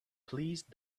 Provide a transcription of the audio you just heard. please